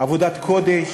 עבודת קודש.